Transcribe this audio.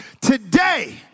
Today